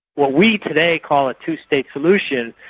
what we today call a two-state solution,